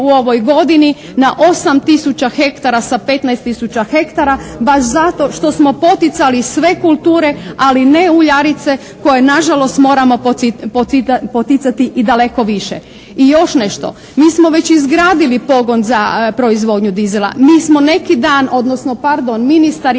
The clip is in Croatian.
u ovoj godini na 8 tisuća hektara sa 15 tisuća hektara, baš zato što smo poticali sve kulture, ali ne uljarice koje nažalost moramo poticati i daleko više. I još nešto, mi smo već izgradili pogon za proizvodnju dizela. Mi smo neki dan, odnosno, pardon, ministar je